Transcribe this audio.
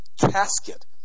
casket